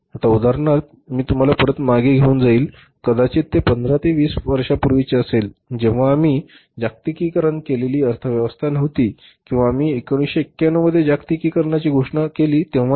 आता उदाहरणार्थ मी तुला परत मागे घेउन जाईल कदाचित 15 ते 20 वर्षांपूर्वीचे असेल जेव्हा आम्ही जागतिकीकरण केलेली अर्थव्यवस्था नव्हती किंवा आम्ही 1991 मध्ये जागतिकीकरणाची घोषणा केली तेव्हा देखील